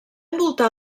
envoltar